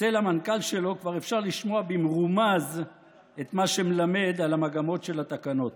אצל המנכ"ל שלו כבר אפשר לשמוע במרומז את מה שמלמד על המגמות של התקנות.